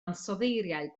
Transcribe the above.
ansoddeiriau